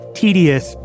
tedious